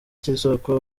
cy’isoko